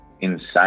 insane